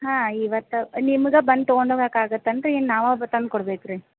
ಹಾಂ ಇವತ್ತೇ ನಿಮ್ಗೇ ಬಂದು ತೊಗೊಂಡು ಹೋಗಕ್ ಆಗತ್ತೇನ್ರೀ ಏನು ನಾವೇ ಬ ತಂದ್ಕೊಡ್ಬೇಕಾ ರೀ